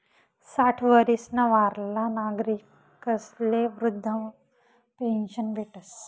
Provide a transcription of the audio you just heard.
साठ वरीसना वरला नागरिकस्ले वृदधा पेन्शन भेटस